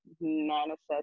manifest